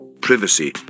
Privacy